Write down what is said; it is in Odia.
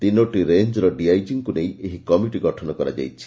ତିନୋଟି ରେଞ୍ ର ଡିଆଇଜିଙ୍କୁ ନେଇ ଏହି କମିଟି ଗଠନ କରାଯାଇଛି